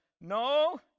no